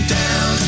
down